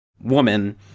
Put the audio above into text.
woman